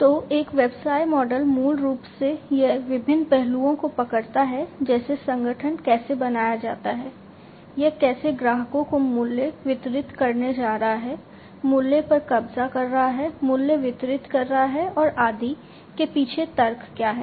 तो एक व्यवसाय मॉडल मूल रूप से यह विभिन्न पहलुओं को पकड़ता है जैसे संगठन कैसे बनाया जाता है यह कैसे ग्राहकों को मूल्य वितरित करने जा रहा है मूल्य पर कब्जा कर रहा है मूल्य वितरित कर रहा है और आदि के पीछे तर्क क्या है